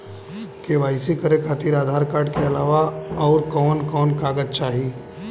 KYC करे खातिर Aadhaar card के अलावा आउरकवन कवन कागज चाहीं?